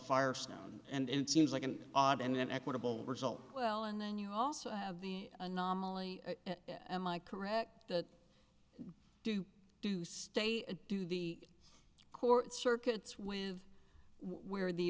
firestone and it seems like an odd and equitable result well and then you also have the anomaly am i correct that do do state do the court circuits with where the